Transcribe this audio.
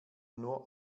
nur